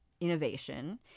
innovation